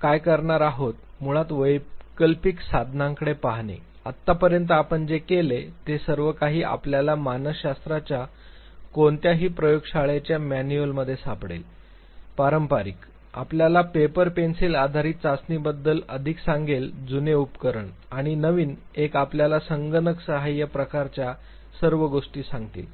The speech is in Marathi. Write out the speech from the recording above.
काय करणार आहोत ते मुळात वैकल्पिक साधनांकडे पाहणे आतापर्यंत आपण जे केले ते सर्व काही आपल्याला मानसशास्त्राच्या कोणत्याही प्रयोगशाळेच्या मॅन्युअलमध्ये सापडेल पारंपारिक आपल्याला पेपर पेन्सिल आधारित चाचणीबद्दल अधिक सांगेल जुने उपकरण आणि नवीन एक आपल्याला संगणक सहाय्यक प्रकारच्या सर्व गोष्टी सांगतील